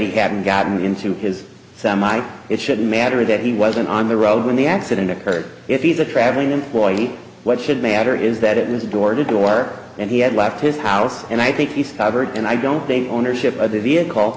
he hadn't gotten into his semi it shouldn't matter that he wasn't on the road when the accident occurred if he's a traveling employee what should matter is that it was a door to door and he had left his house and i think he's covered and i don't think ownership of the vehicle